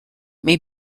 may